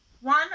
One